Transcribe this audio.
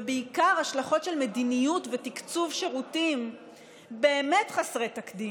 ובעיקר השלכות של מדיניות ותקצוב שירותים באמת חסרי תקדים,